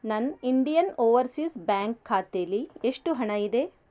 ನನ್ನ Indian Overseas Bank ಖಾತೇಲಿ ಎಷ್ಟು ಹಣ ಇದೆ